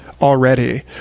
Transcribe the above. already